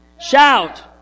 Shout